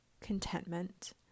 Contentment